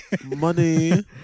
money